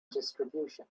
distribution